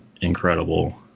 incredible